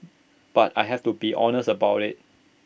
but I have to be honest about IT